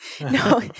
No